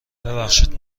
ببخشید